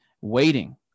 waiting